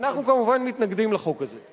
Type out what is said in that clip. אנחנו כמובן מתנגדים לחוק הזה.